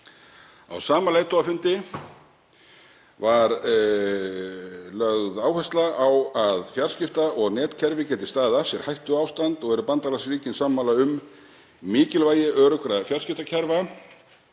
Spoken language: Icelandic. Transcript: Á sama leiðtogafundi var lögð áhersla á að fjarskipta- og netkerfi gætu staðið af sér hættuástand og voru bandalagsríkin sammála um mikilvægi öruggra fjarskiptakerfa